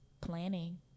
planning